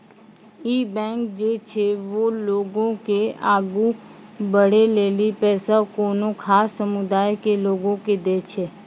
इ बैंक जे छै वें लोगो के आगु बढ़ै लेली पैसा कोनो खास समुदाय के लोगो के दै छै